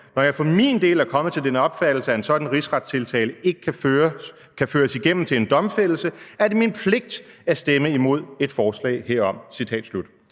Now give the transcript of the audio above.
Når jeg for min del er kommet til den opfattelse, at en sådan rigsretstiltale ikke kan føres igennem til en domfældelse, er det min pligt at stemme imod et forslag herom.